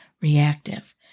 reactive